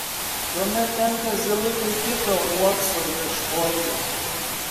tuomet tenka zylutei kito uokso ieškotis